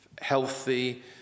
healthy